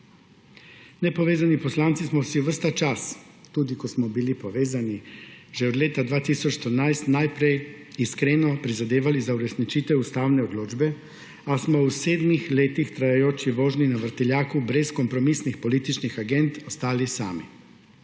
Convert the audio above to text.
Nepovezani poslanci smo si ves ta čas, tudi ko smo bili povezani, že od leta 2014 najprej iskreno prizadevali za uresničitev ustavne odločbe, a smo v sedmih letih trajajoči vožnji na vrtiljaku brez kompromisnih političnih agend ostali sami.